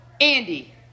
Andy